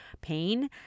pain